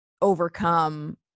overcome